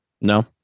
No